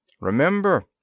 Remember